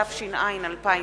התש"ע 2010,